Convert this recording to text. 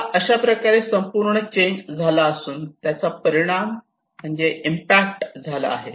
आता अशा प्रकारे संपूर्ण चेंज झाला असून त्याचा परिणाम म्हणजे इंपॅक्ट झाला आहे